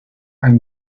and